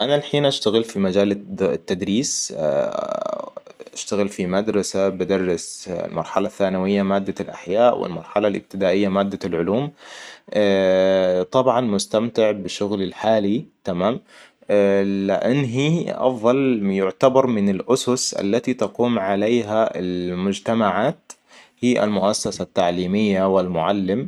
أنا الحين أشتغل في مجال التدريس اشتغلت في مدرسة بدرس المرحلة الثانوية مادة الأحياء والمرحلة الإبتدائية مادة العلوم. طبعاً مستمتع بشغلي الحالي تمام لأن هي أفضل يعتبر من الأسس تقوم عليها المجتمعات هي المؤسسة التعليمية والمعلم